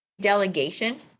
delegation